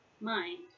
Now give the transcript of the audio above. mind